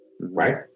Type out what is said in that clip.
right